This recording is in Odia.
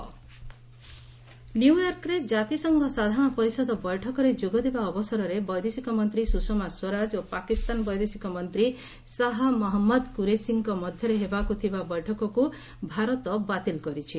ଇଣ୍ଡିଆ ପାକିସ୍ତାନ ନ୍ୟୁୟର୍କରେ କାତିସଂଘ ସାଧାରଣ ପରିଷଦ ବୈଠକରେ ଯୋଗଦେବା ଅବସରରେ ବୈଦେଶିକ ମନ୍ତ୍ରୀ ସୁଷମା ସ୍ୱରାଜ ଓ ପାକିସ୍ତାନ ବୈଦେଶିକ ମନ୍ତ୍ରୀ ଶାହା ମହମ୍ମଦ କୁରେସିଙ୍କ ମଧ୍ୟରେ ହେବାକୁ ଥିବା ବୈଠକକୁ ଭାରତ ବାତିଲ୍ କରିଛି